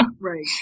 Right